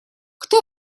кто